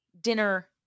dinner